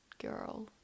girl